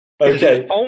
Okay